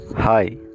hi